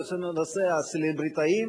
וזה נושא הסלבריטאים,